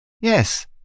Yes